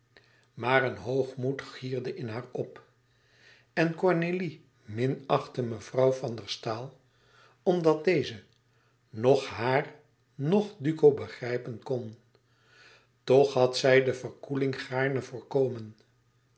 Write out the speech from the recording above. maar een hoogmoed gierde in haar op en cornélie minachtte mevrouw van der staal omdat deze noch haar noch duco begrijpen kon toch had zij de verkoeling gaarne voorkomen